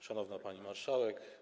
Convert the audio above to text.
Szanowna Pani Marszałek!